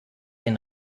den